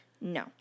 No